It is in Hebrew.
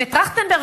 וטרכטנברג,